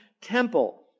temple